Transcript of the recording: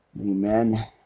Amen